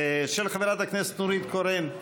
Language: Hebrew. של חברת הכנסת נורית קורן.